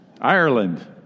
Ireland